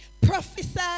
prophesy